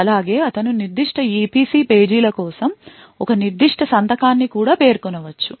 అలాగే అతను నిర్దిష్ట EPC పేజీల కోసం ఒక నిర్దిష్ట సంతకాన్ని కూడా పేర్కొనవచ్చు